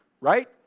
Right